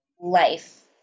life